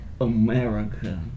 America